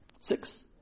Six